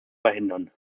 verhindern